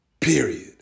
period